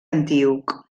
antíoc